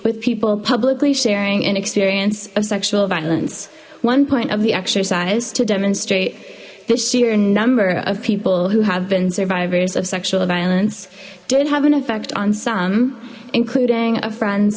with people publicly sharing an experience of sexual violence one point of the exercise to demonstrate this year a number of people who have been survivors of sexual violence did have an effect on some including a friend